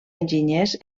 enginyers